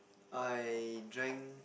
I drank